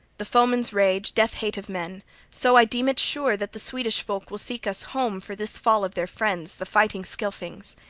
the foeman's rage, death-hate of men so i deem it sure that the swedish folk will seek us home for this fall of their friends, the fighting-scylfings,